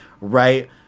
right